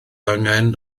angen